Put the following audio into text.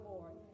Lord